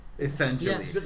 essentially